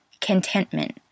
contentment